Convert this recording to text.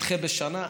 תדחה בשנה.